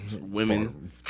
women